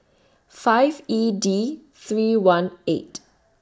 five E D three one eight